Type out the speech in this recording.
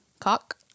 Cock